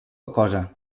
cosa